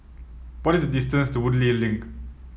what is the distance to Woodleigh Link